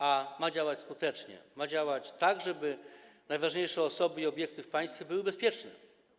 A ma działać skutecznie, ma działać tak, żeby najważniejsze osoby i obiekty w państwie były bezpieczne.